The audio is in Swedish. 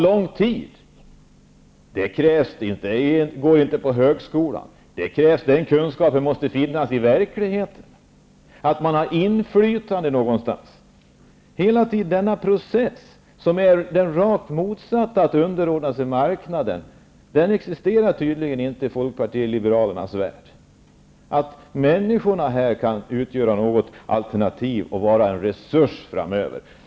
För detta krävs inte kunskaper från högskolan, utan den kunskapen måste uppnås i verkligheten, man måste ha inflytande någonstans. Hela denna process är den rakt motsatta mot att underordna sig marknaden. Men i Folkpartiet liberalernas värld existerar tydligen inte det faktum att människorna kan utgöra något alternativ och en resurs framöver.